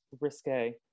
risque